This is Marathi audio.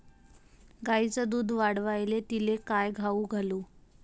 गायीचं दुध वाढवायले तिले काय खाऊ घालू?